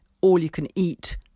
all-you-can-eat